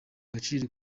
agaciro